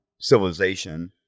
civilization